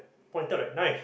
pointed like knife